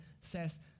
says